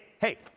hey